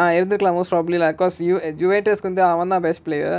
ah இருந்துக்கலாம்:irunthukkalaam probably lah அவன் தான்:avan thaan best player